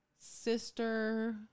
sister